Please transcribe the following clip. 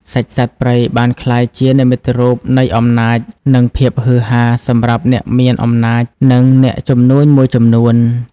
សាច់សត្វព្រៃបានក្លាយជា "និមិត្តរូបនៃអំណាច" និង "ភាពហ៊ឺហា" សម្រាប់អ្នកមានអំណាច និងអ្នកជំនួញមួយចំនួន។